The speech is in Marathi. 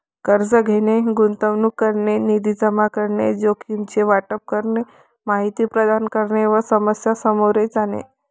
कर्ज घेणे, गुंतवणूक करणे, निधी जमा करणे, जोखमीचे वाटप करणे, माहिती प्रदान करणे व समस्या सामोरे जाणे